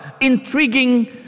intriguing